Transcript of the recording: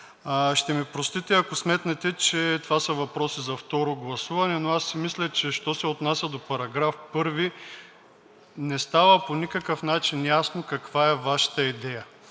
Ще ми простите, ако сметнете, че това са въпроси за второ гласуване, но аз си мисля, че що се отнася до § 1, не става по никакъв начин ясно каква е Вашата идея.